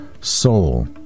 soul